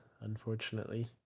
unfortunately